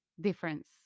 difference